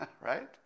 right